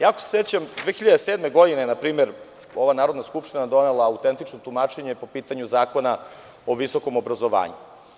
Koliko se sećam 2007. godine, ova Skupština je donela autentično tumačenje po pitanju Zakona o visokom obrazovanju.